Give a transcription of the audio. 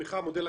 מינואר.